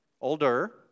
older